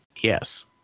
Yes